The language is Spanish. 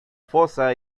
fosa